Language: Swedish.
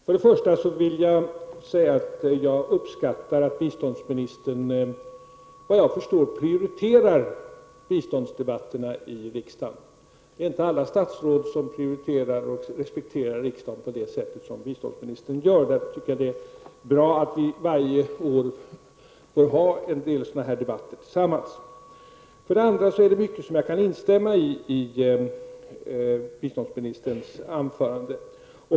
Herr talman! Jag vill för det första säga att jag uppskattar att biståndsministern efter vad jag förstår prioriterar biståndsdebatterna i riksdagen. Det är inte alla statsråd som prioriterar och respekterar riksdagen på det sätt som biståndsministern gör. Jag tycker därför att det är bra att vi varje år få ha en sådan här debatt tillsammans. Det är för det andra mycket som jag kan instämma i i biståndsministerns anförande.